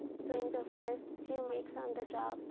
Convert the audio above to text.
during the first few weeks on the job.